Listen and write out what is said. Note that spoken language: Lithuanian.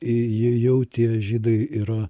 jie jau tie žydai yra